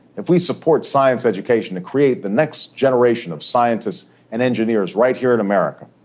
if we support science education to create the next generation of scientists and engineers right here in america,